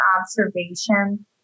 observation